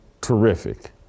terrific